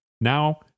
now